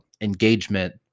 engagement